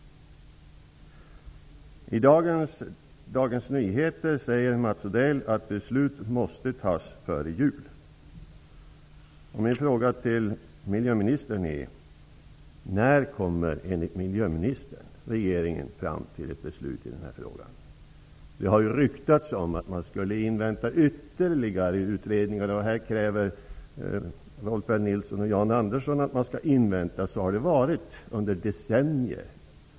I dagens nummer av Dagens Nyheter säger Mats Odell att beslutet måste tas före jul. Min fråga till miljöministern är: När kommer regeringen enligt miljöministerns uppfattning fram till ett beslut i den här frågan? Det har ju ryktats att man skulle invänta ytterligare utredningar. Här kräver Rolf L Nilson och Jan Andersson också att man skall vänta. Så har det varit under decennier.